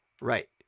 right